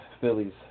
Phillies